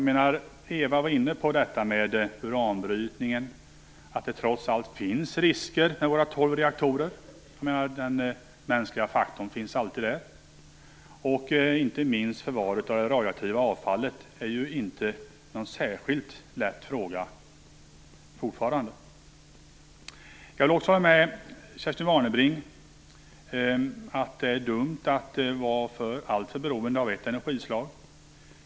Eva Goës var inne på detta med uranbrytningen och att det trots allt finns risker med våra tolv reaktorer - den mänskliga faktorn finns ju alltid där. Inte minst är förvaret av det radioaktiva avfallet fortfarande en inte särskilt lätt fråga. Jag vill också hålla med Kerstin Warnerbring om att det är dumt att vara alltför beroende av ett energislag.